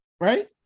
right